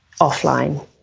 offline